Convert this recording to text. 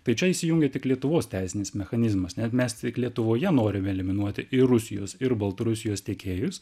tai čia įsijungia tik lietuvos teisinis mechanizmas nes mes tik lietuvoje norime eliminuoti ir rusijos ir baltarusijos tiekėjus